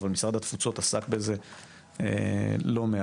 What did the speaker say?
אבל משרד התפוצות עסק בזה לא מעט.